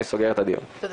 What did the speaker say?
הישיבה